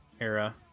era